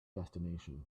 destination